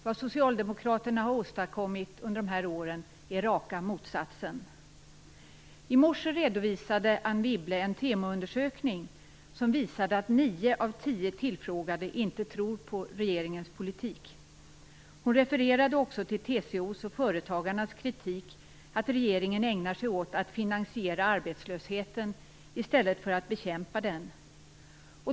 Vad Socialdemokraterna har åstadkommit under de här åren är raka motsatsen. I morse redovisade Anne Wibble en Temoundersökning som visade att nio av tio tillfrågade inte tror på regeringens politik. Hon refererade också till TCO:s och Företagarnas kritik att regeringen ägnar sig åt att finansiera arbetslösheten i stället för att bekämpa den.